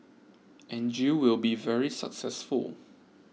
and you will be very successful